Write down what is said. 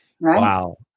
Wow